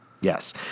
Yes